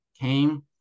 came